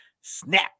snap